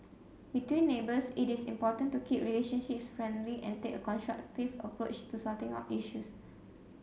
between neighbours it is important to keep relationships friendly and take a constructive approach to sorting out issues